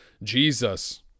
jesus